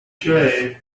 shave